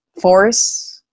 force